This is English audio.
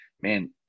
man